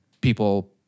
people